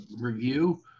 review